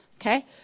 okay